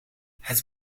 het